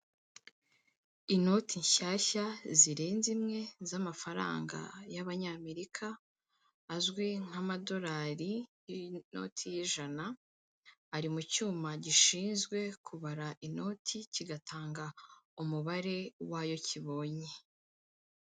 Inoti nshyashya zirenze imwe z'amafaranga y'abanyamerika azwi nk'amadolari, y'inoti y'ijana ari mu cyuma. Gishinzwe kubara inoti kigatanga umubare wayo kibonye.